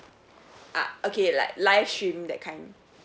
ah okay like live stream that kind